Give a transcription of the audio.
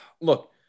look